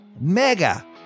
mega